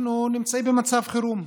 אנחנו נמצאים במצב חירום,